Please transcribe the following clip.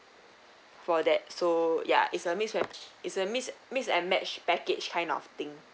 for that so ya it's a mix match is a mix and match package kind of thing